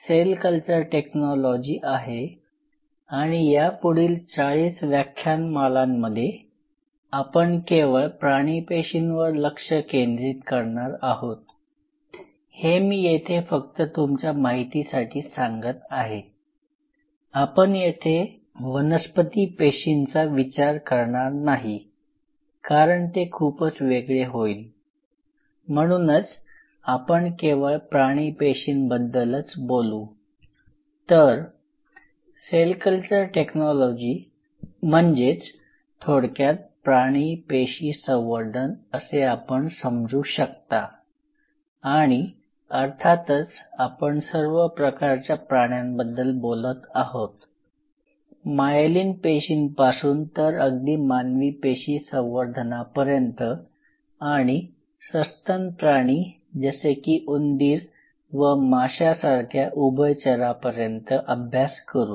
मी थोडेसे वेगळे सांगतो पेशीपासून तर अगदी मानवी पेशी संवर्धनापर्यंत आणि सस्तन प्राणी जसे की उंदीर व माशासारख्या उभयचरांपर्यंतचा अभ्यास करू